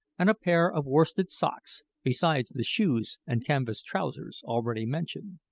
and a pair of worsted socks, besides the shoes and canvas trousers already mentioned.